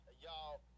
y'all